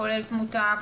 כולל תמותה,